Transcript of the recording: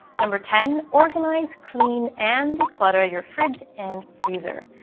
number ten organize, clean and declutter your fridge and freezer.